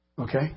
Okay